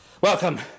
Welcome